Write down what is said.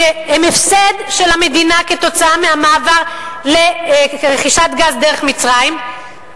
שהם הפסד של המדינה כתוצאה מהמעבר לרכישת גז דרך מצרים,